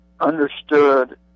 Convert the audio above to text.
understood